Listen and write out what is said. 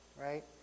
right